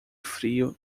frio